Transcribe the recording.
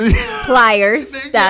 pliers